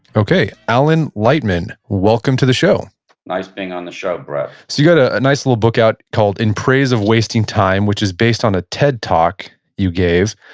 okay, alan lightman, welcome to the show nice being on the show, brett so you got ah a nice little book out called in praise of wasting time, which is based on a ted talk you gave.